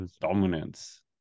dominance